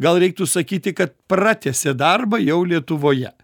gal reiktų sakyti kad pratęsė darbą jau lietuvoje